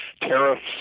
tariffs